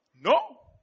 No